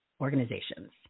organizations